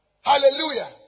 Hallelujah